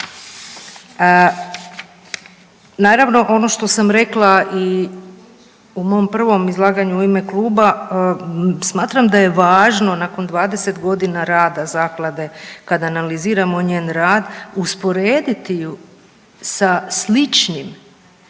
Naravno ono što sam rekla i u mom prvom izlaganju u ime kluba smatram da je važno nakon 20 godina rada zaklade kad analiziramo njen rad usporediti ju sa sličnim